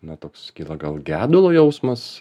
na toks kyla gal gedulo jausmas